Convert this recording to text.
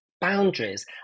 boundaries